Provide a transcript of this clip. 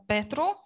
Petru